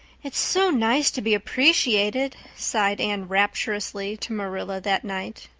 it's so nice to be appreciated, sighed anne rapturously to marilla that night.